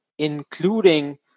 including